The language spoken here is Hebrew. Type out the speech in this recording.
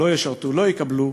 לא ישרתו, לא יקבלו,